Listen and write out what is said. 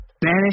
banish